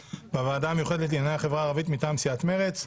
בוועדה המיוחדת לענייני החברה הערבית מטעם סיעת מרצ.